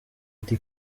eddy